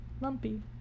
Lumpy